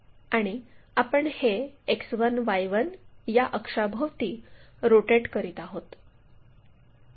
आणि आपण हे X1Y1 या अक्षाभोवती रोटेट करीत आहोत